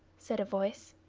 said a voice.